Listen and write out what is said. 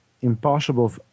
impossible